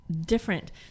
different